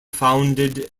founded